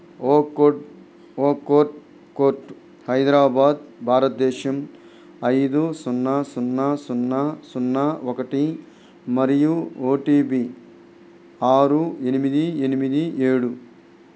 ఓకోడ్ Oakwood court Hyderabad భారత్దేశం ఐదు సున్నా సున్నా సున్నా సున్నా ఒకటి మరియు ఓటిపి ఆరు ఎనిమిది ఎనిమిది ఏడు